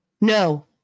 No